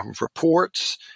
reports